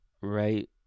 right